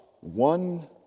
one